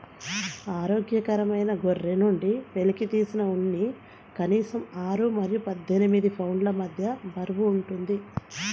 ఆరోగ్యకరమైన గొర్రె నుండి వెలికితీసిన ఉన్ని కనీసం ఆరు మరియు పద్దెనిమిది పౌండ్ల మధ్య బరువు ఉంటుంది